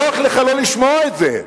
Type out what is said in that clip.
נוח לך לא לשמוע את זה.